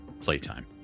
playtime